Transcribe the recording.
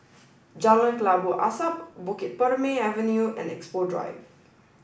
Jalan Kelabu Asap Bukit Purmei Avenue and Expo Drive